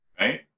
right